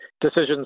decisions